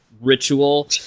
ritual